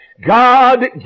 God